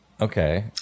Okay